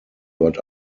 dort